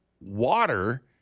water